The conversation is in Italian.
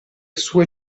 sue